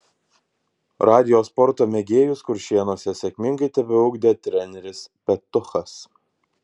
radijo sporto mėgėjus kuršėnuose sėkmingai tebeugdė treneris petuchas